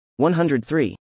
103